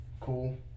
cool